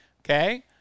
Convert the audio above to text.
Okay